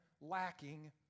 lacking